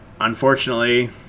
unfortunately